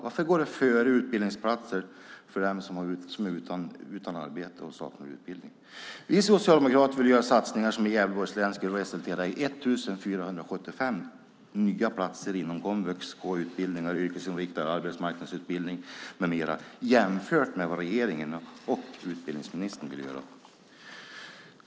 Varför går skattesänkning före utbildningsplats för den som är utan arbete och saknar utbildning? Vi socialdemokrater vill göra satsningar som i Gävleborgs län skulle resultera i 1 475 nya platser inom komvux och utbildningar, yrkesinriktad arbetsmarknadsutbildning med mera jämfört med vad regeringen och utbildningsministern vill göra.